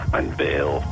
unveil